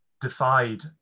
defied